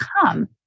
come